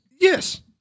Yes